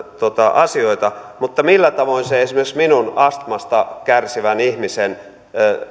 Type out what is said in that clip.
asioita mutta millä tavoin se esimerkiksi minun astmasta kärsivän ihmisen